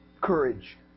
Courage